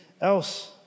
else